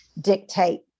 dictate